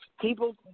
people